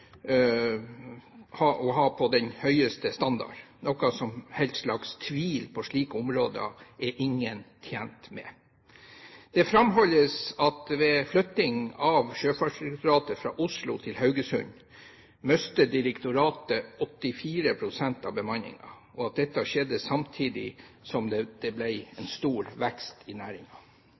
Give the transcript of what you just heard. ha den høyeste standard på. Noen som helst slags tvil på slike områder er ingen tjent med. Det framholdes at ved flyttingen av Sjøfartsdirektoratet fra Oslo til Haugesund mistet direktoratet 84 pst. av bemanningen, og at dette skjedde samtidig som det ble en stor vekst i